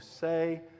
say